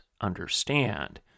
understand